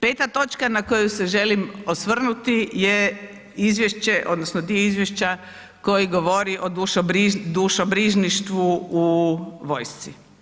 Peta točka na koju se želim osvrnuti je izvješće odnosno dio izvješća koji govori o dušobrižništvu u vojsci.